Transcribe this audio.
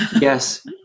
yes